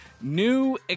new